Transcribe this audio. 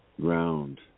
ground